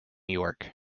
york